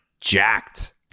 jacked